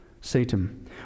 Satan